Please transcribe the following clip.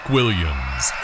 Williams